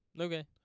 Okay